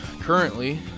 Currently